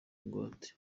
ingwate